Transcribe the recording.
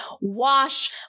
Wash